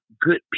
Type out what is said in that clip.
good